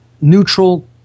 neutral